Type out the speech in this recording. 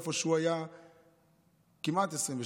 איפה שהוא היה כמעט 22 שנה,